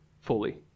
fully